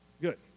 Good